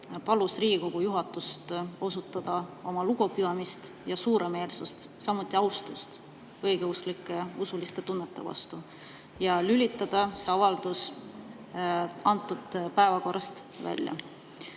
palus Riigikogu juhatust osutada lugupidamist ja suuremeelsust, samuti austust õigeusklike usuliste tunnete vastu ja [võtta] see avaldus antud päevakorrast välja.